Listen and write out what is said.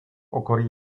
okolí